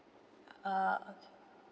ah okay